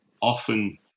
often